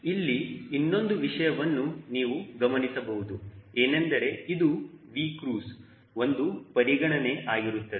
ಇಲ್ಲಿ ಇನ್ನೊಂದು ವಿಷಯವನ್ನು ನೀವು ಗಮನಿಸಬಹುದು ಏನೆಂದರೆ ಇದು Vcruise ಒಂದು ಪರಿಗಣನೆ ಆಗಿರುತ್ತದೆ